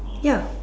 ya